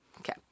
okay